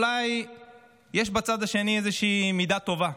אולי יש בצד השני איזושהי מידה טובה.